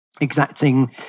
exacting